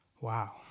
Wow